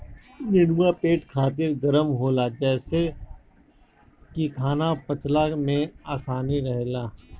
नेनुआ पेट खातिर गरम होला जेसे की खाना पचला में आसानी रहेला